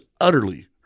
utterly